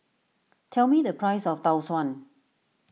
tell me the price of Tau Suan